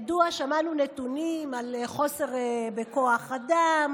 שמענו נתונים על מחסור בכוח אדם,